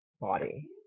body